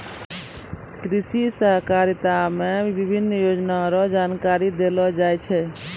कृषि सहकारिता मे विभिन्न योजना रो जानकारी देलो जाय छै